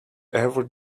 ever